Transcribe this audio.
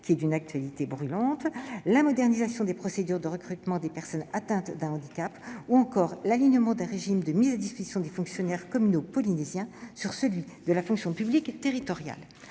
qui est d'une actualité brûlante, la modernisation des procédures de recrutement des personnes atteintes d'un handicap ou encore l'alignement du régime de mise à disposition des fonctionnaires communaux polynésiens sur celui de la fonction publique territoriale.